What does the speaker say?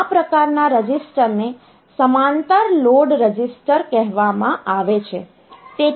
આ પ્રકારના રજીસ્ટરને સમાંતર લોડ રજીસ્ટર કહેવામાં આવે છે